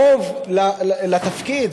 רוב לתפקיד.